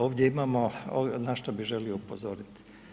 Ovdje imamo, na što bi želio upozoriti?